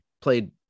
played